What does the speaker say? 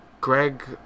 greg